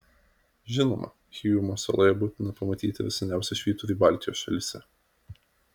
žinoma hyjumos saloje būtina ir pamatyti seniausią švyturį baltijos šalyse